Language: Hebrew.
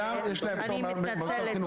אני מתנצלת,